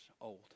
old